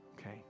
Okay